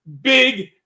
big